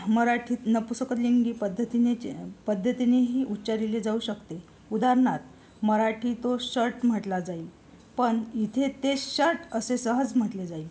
मराठीत नपुसकलिंगी पद्धतीने पद्धतीनेही उच्चारले जाऊ शकते उदाहरणार्थ मराठी तो शर्ट म्हटला जाईल पण इथे ते शर्ट असे सहज म्हटले जाईल